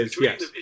yes